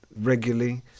regularly